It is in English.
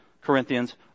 Corinthians